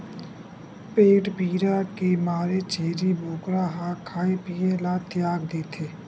पेट पीरा के मारे छेरी बोकरा ह खाए पिए ल तियाग देथे